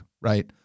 right